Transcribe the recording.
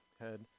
head